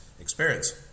experience